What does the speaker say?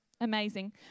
Amazing